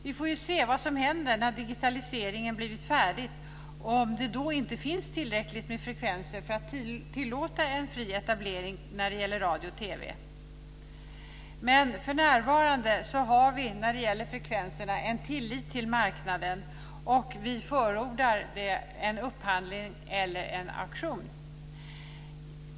Vi får se vad som händer när digitaliseringen blivit färdig, om det inte då finns tillräckligt med frekvenser för att tillåta en fri etablering för radio och TV. Men för närvarande har vi när det gäller frekvenserna en tillit till marknaden, och vi förordar en upphandling eller en auktion.